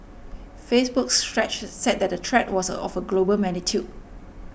Facebook's Stretch said the threat was of a global magnitude